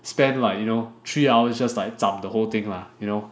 spend like you know three hours just like zam whole thing lah you know